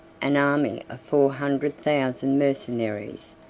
an army of four hundred thousand mercenaries,